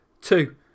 Two